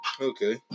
Okay